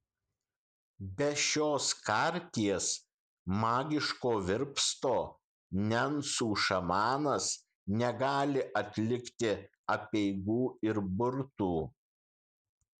be šios karties magiško virpsto nencų šamanas negali atlikti apeigų ir burtų